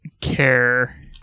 care